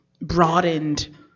broadened